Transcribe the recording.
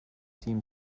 team